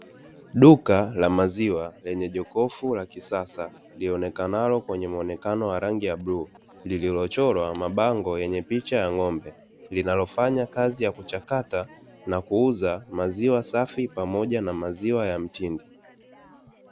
Duka la maziwa lenye jokofu la kisasa lionekanalo kwenye muonekano wa rangi ya bluu lililochorwa mabango yenye picha ya ng'ombe, linalofanya kazi ya kuchakata na kuuza maziwa safi na pamoja na maziwa ya mtindi.